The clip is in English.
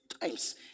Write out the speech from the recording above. times